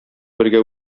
бергә